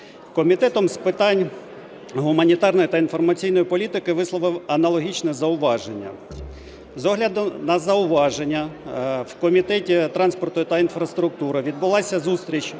Комітет з питань гуманітарної та інформаційної політики висловив аналогічне зауваження. З огляду на зауваження в Комітеті транспорту та інфраструктури відбулася зустріч